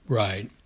right